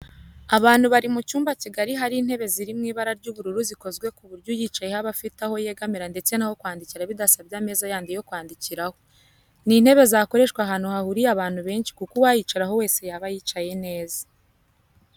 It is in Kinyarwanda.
Abantu bari mu cyumba kigari hari intebe ziri mu ibara ry'ubururu zikozwe ku buryo uyicayeho aba afite aho yegamira ndetse n'aho kwandikira bidasabye ameza yandi yo kwandikiraho. Ni intebe zakoreshwa ahantu hahuriye abantu benshi kuko uwayicaraho wese yaba yicaye neza